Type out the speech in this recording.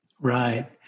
Right